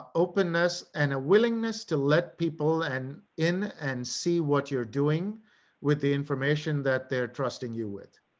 ah openness and a willingness to let people and in and see what you're doing with the information that they're trusting you with